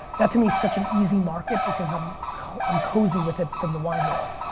that to me is such an easy market because i'm um cozy with it from the wine world.